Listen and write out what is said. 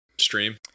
stream